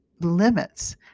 limits